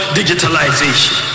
digitalization